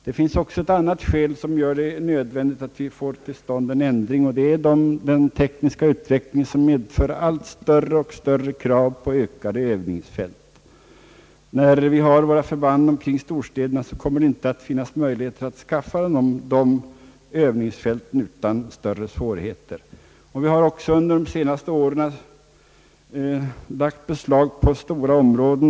Det finns också en annan orsak som gör det nödvändigt att vi får en ändring till stånd, och det är den tekniska utvecklingen som medfört alit större och större krav på ökade övningsfält. När vi har våra förband omkring storstäderna kommer det inte att finnas möjlighet att skaffa dessa övningsfält utan stora svårigheter. Vi har också under de senaste åren lagt beslag på stora områden.